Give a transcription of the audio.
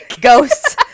ghosts